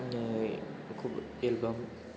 album